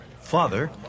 Father